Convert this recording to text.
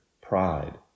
pride